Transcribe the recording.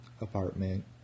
apartment